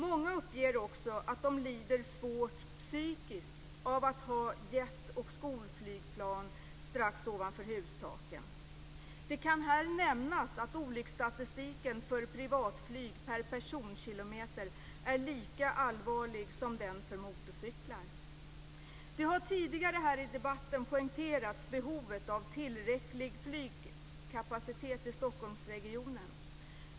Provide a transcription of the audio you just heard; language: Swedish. Många uppger också att de lider svårt psykiskt av att ha jetoch skolflygplan strax ovanför hustaken. Det kan här nämnas att olycksstatistiken för privatflyg per personkilometer är lika allvarlig som den för motorcyklar. Det har tidigare här i debatten poängterats behovet av tillräcklig flygkapacitet i Stockholmsregionen.